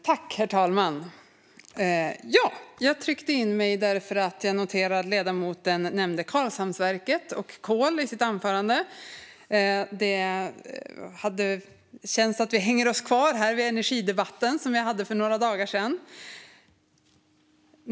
Herr talman! Jag tog replik därför att jag noterade att ledamoten nämnde Karlshamnsverket och kol i sitt anförande. Det känns som om vi hänger kvar vid energidebatten som vi hade för några dagar sedan.